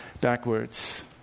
backwards